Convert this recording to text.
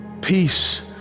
Peace